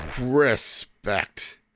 respect